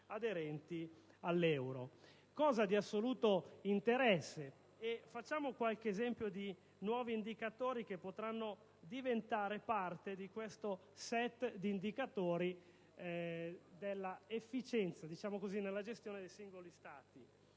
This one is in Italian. aderenti all'euro (fatto di assoluto interesse). Facciamo qualche esempio di nuovi indicatori che potranno diventare parte di questo *set* di indicatori dell'efficienza nella gestione dei singoli Stati.